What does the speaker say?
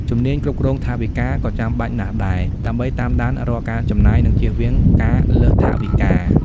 ជំនាញគ្រប់គ្រងថវិកា ក៏ចាំបាច់ណាស់ដែរ ដើម្បីតាមដានរាល់ការចំណាយ និងជៀសវាងការលើសថវិកា។